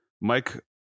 Mike